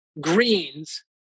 greens